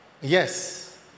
Yes